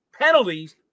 penalties